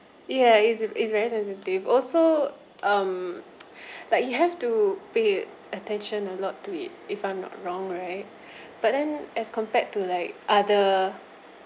ya it's a it's very sensitive also um like you have to pay attention a lot to it if I'm not wrong right but then as compared to like other